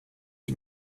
dem